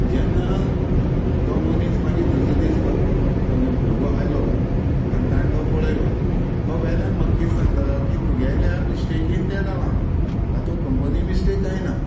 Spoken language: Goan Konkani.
जेन्ना तो मनीस मागीर दुसरें दीस तो कोण तांगे भुरगो आयलो आनी ताणें तो पळयलो तो वेल्यान म्हाका कितें सांगता की तुगेल्या मिस्टेकीन तें जाल्या तातूंत कंपनिची मिस्टेक कांय ना